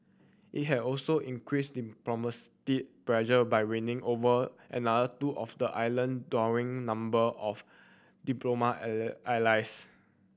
it had also increased diplomatic pressure by winning over another two of the island dwindling number of diplomatic allies